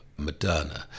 Moderna